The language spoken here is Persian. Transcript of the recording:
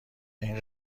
این